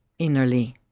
innerly